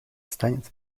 станет